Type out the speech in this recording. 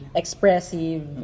expressive